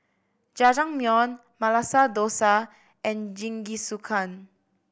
Jajangmyeon Masala Dosa and Jingisukan